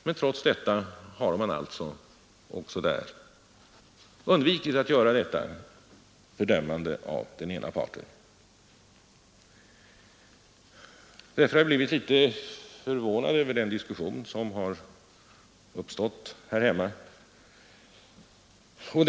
Men trots detta har man alltså också där undvikit att göra detta fördömande av den ena parten. Därför har jag blivit litet förvånad över den diskussion som har uppstått här hemma.